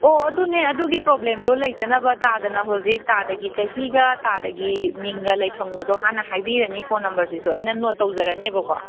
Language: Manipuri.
ꯑꯣ ꯑꯗꯨꯅꯦ ꯑꯗꯨꯒꯤ ꯄ꯭ꯔꯣꯕ꯭ꯂꯦꯝꯗꯣ ꯂꯩꯇꯅꯕ ꯇꯥꯗꯅ ꯍꯧꯖꯤꯛ ꯇꯥꯗꯒꯤ ꯆꯍꯤꯒ ꯇꯥꯗꯒꯤ ꯃꯤꯡꯒ ꯂꯩꯐꯝꯒꯗꯣ ꯍꯥꯟꯅ ꯍꯥꯏꯕꯤꯔꯅꯤ ꯐꯣꯟ ꯅꯝꯕꯔꯁꯤꯁꯨ ꯑꯩꯅ ꯅꯣꯠ ꯇꯧꯖꯔꯅꯦꯕꯀꯣ